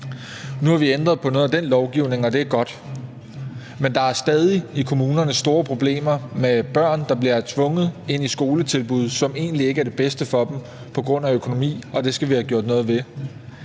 Nu har vi ændret på noget af den lovgivning, og det er godt, men der er stadig i kommunerne store problemer med børn, der bliver tvunget ind i et skoletilbud, som egentlig ikke er det bedste for dem, på grund af økonomi. Og det skal vi have gjort noget ved.